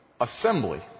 assembly